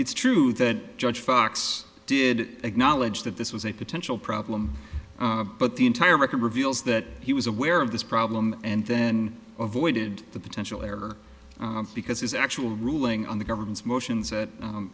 it's true that judge fox did acknowledge that this was a potential problem but the entire record reveals that he was aware of this problem and then avoided the potential error because his actual ruling on the government's motions that